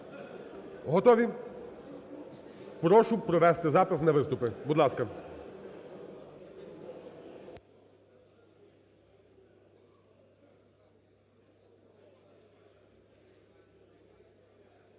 Готові? Прошу провести запис на виступи. Будь ласка.